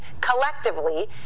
collectively